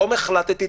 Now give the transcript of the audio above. היום החלטתי,